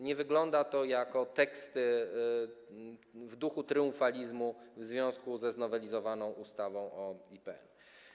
Nie wygląda to na teksty w duchu triumfalizmu w związku ze znowelizowaną ustawą o IPN.